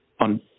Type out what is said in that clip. on